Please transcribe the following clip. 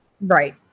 Right